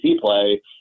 play